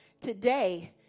Today